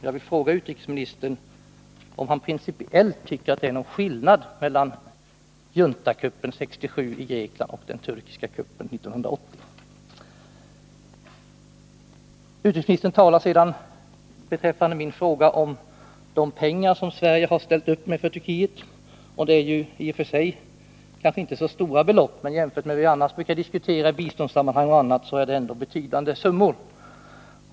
Jag vill fråga utrikesministern om 14 han principiellt tycker att det är någon skillnad mellan juntakuppen 1967 och Jag har ställt en fråga beträffande de pengar som Sverige ställt upp med för Turkiet — det är i och för sig kanske inte så stora belopp, men jämfört med vad vi annars brukar diskutera i biståndssammanhang är det ändå betydande summor.